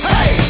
Hey